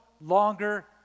longer